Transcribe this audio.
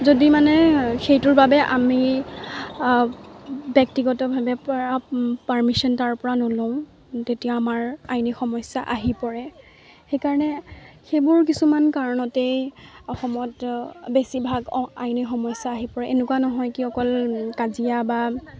যদি মানে সেইটোৰ বাবে আমি ব্যক্তিগতভাৱে পৰা পাৰ্মিশন তাৰপৰা নলওঁ তেতিয়া আমাৰ আইনী সমস্যা আহি পৰে সেইকাৰণে সেইবোৰ কিছুমান কাৰণতেই অসমত বেছিভাগ আইনী সমস্যা আহি পৰে এনেকুৱা নহয় কি অকল কাজিয়া বা